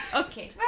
Okay